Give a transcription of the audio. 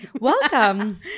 welcome